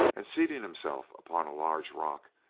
and, seating himself upon a large rock,